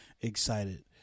excited